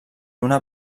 una